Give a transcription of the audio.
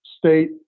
State